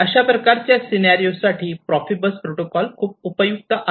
अशा प्रकारच्या सिनारिओ साठी प्रोफिबस प्रोटोकॉल खूप उपयुक्त आहे